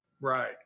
Right